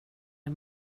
det